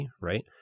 right